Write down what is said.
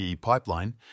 pipeline